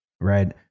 right